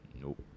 Nope